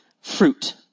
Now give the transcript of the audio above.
fruit